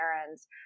parents